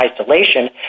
isolation